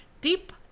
deep